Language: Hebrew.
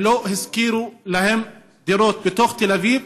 ולא השכירו להם דירות בתל אביב,